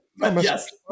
yes